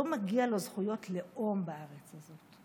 לא מגיעות לו זכויות לאום בארץ הזאת.